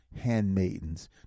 handmaidens